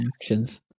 actions